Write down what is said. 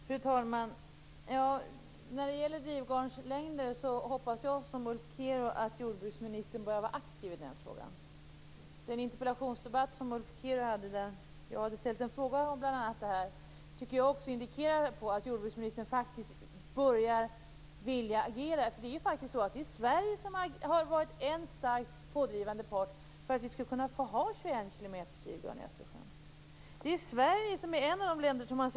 Fru talman! När det gäller drivgarnslängder hoppas jag liksom Ulf Kero att jordbruksministern börjar vara aktiv i den frågan. Den interpellationsdebatt som Ulf Kero deltog i, där jag hade ställt en fråga om bl.a. det här, tycker jag också indikerar att jordbruksministern faktiskt börjar vilja agera. Det är faktiskt så att Sverige har varit en starkt pådrivande part för att vi skall få ha drivgarn på 21 km i Östersjön.